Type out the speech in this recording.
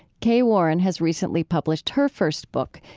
kay warren has recently published her first book,